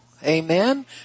Amen